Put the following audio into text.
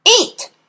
Eat